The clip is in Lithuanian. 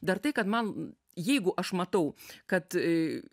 dar tai kad man jeigu aš matau kad